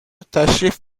تشریف